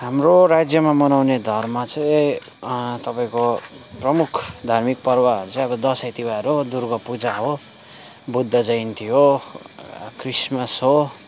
हाम्रो राज्यमा मनाउने धर्म चाहिँ तपाईँको प्रमुख धार्मिक पर्वहरू चाहिँ अब दसैँ तिहार हो दुर्गा पूजा हो बुद्ध जयन्ती हो क्रिसमस हो